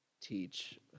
teach